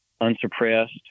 unsuppressed